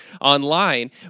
online